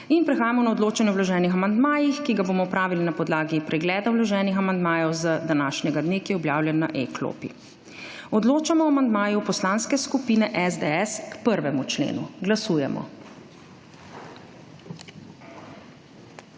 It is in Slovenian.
Prehajamo na odločanje o vloženih amandmajih, ki ga bomo opravili na podlagi pregleda vloženih amandmajev z današnjega dne, ki je objavljen na e-klopi. Odločamo o amandmaju Poslanske skupine SDS k 1. členu. Glasujemo.